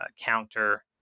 counter